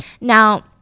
now